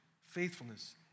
faithfulness